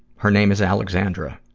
her name is alexandra.